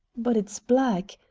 but it's black.